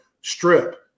strip